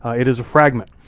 it is a fragment.